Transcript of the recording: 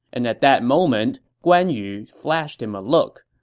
and at that moment, guan yu flashed him a look.